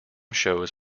shows